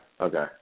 Okay